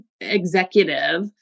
executive